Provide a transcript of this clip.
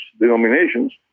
denominations